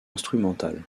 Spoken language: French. instrumental